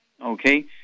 Okay